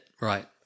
right